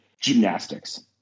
gymnastics